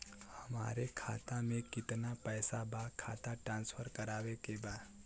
हमारे खाता में कितना पैसा बा खाता ट्रांसफर करावे के बा?